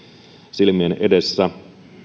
silmien edessä